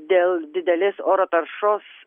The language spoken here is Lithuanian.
dėl didelės oro taršos